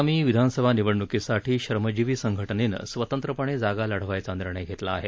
आगामी विधानसभा निवडणूकीसाठी श्रमजीवी संघटनेनं स्वतंत्रपणे जागा लढवायचा निर्णय घेतला आहे